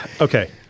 Okay